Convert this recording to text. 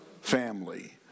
family